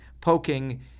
poking